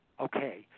Okay